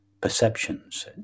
perceptions